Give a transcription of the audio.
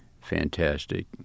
fantastic